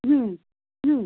হুম হুম